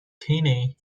kenny